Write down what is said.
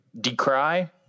decry